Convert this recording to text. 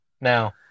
now